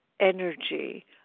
Energy